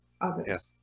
others